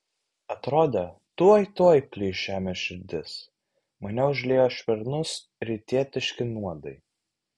atrodė tuoj tuoj plyš žemės širdis mane užliejo švelnūs rytietiški nuodai